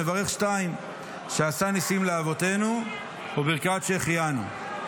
מברך שתיים: שעשה ניסים לאבותינו וברכת שהחיינו.